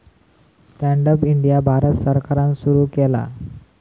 stand up India Bharat सरकारान सुरू केला